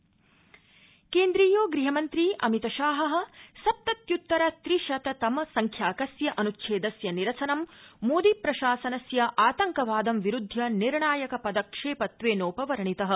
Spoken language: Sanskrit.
ग़हमन्त्री केन्द्रीयो गृहमन्त्री अमितशाह सप्तत्युत्तर त्रिशत तम संख्याकस्य अनुच्छेदस्य निरसनं मोदीप्रशासनस्य आतंकवादं विरूद्धय निर्णायक पदक्षेपत्वेनोपवर्णितः